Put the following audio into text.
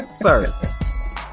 sir